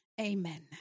Amen